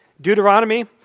Deuteronomy